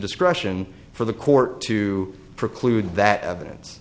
discretion for the court to preclude that evidence